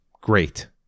Great